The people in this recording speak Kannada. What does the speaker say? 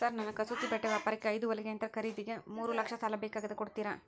ಸರ್ ನನ್ನ ಕಸೂತಿ ಬಟ್ಟೆ ವ್ಯಾಪಾರಕ್ಕೆ ಐದು ಹೊಲಿಗೆ ಯಂತ್ರ ಖರೇದಿಗೆ ಮೂರು ಲಕ್ಷ ಸಾಲ ಬೇಕಾಗ್ಯದ ಕೊಡುತ್ತೇರಾ?